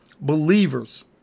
believers